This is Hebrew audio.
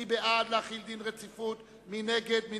התשס”ט 2008,